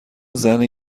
زنه